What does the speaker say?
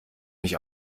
mich